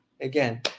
again